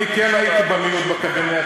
אני כן הייתי במיעוט בקבינט,